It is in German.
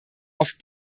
auf